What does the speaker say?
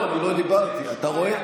לא דיברתי, אתה רואה?